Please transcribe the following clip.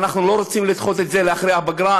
ואנחנו לא רוצים לדחות את זה לאחרי הפגרה,